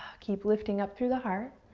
ah keep lifting up through the heart,